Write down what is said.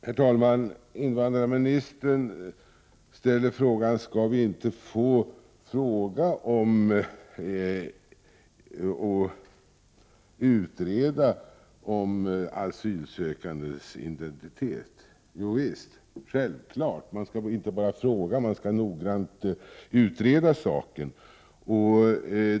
Herr talman! Invandrarministern undrar om man inte skall få fråga om och utreda asylsökandes identitet. Jo visst, det är självklart. Man skall inte bara fråga, utan man skall noggrant utreda saken.